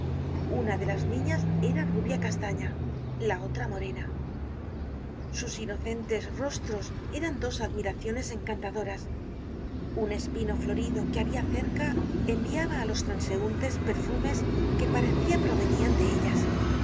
una de las niñas era rubia castaña la otra morena sus inocentes rostros eran dos admiraciones encantadoras un espino florido que habia cerca enviaba á los transeuntes perfumes que parecia provenian de ellas la